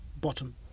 bottom